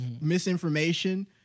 misinformation